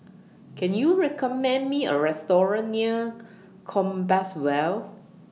Can YOU recommend Me A Restaurant near Compassvale